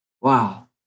Wow